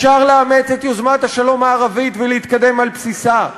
אפשר לאמץ את יוזמת השלום הערבית ולהתקדם על בסיסה.